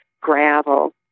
gravel